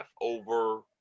over